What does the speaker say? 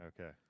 Okay